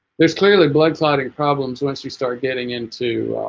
there's clearly blood clotting problems once you start getting into